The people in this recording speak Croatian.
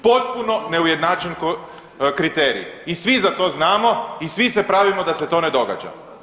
Potpuno neujednačen kriterij i svi za to znamo i svi se pravimo da se to ne događa.